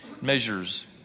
measures